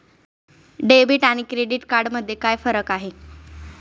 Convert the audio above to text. Debit आणि credit card मध्ये काय फरक आहे?